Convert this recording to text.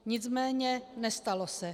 Nicméně nestalo se.